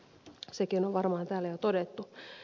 sekin on varmaan täällä jo todettu